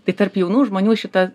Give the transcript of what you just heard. tai tarp jaunų žmonių šita